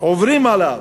עוברים עליהם,